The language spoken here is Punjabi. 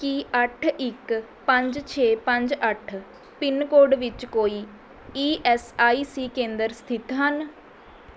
ਕੀ ਅੱਠ ਇੱਕ ਪੰਜ ਛੇ ਪੰਜ ਅੱਠ ਪਿੰਨਕੋਡ ਵਿੱਚ ਕੋਈ ਈ ਐੱਸ ਆਈ ਸੀ ਕੇਂਦਰ ਸਥਿਤ ਹਨ